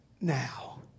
now